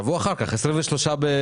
בשבוע לאחר מכן, ב-23 ביוני.